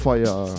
Fire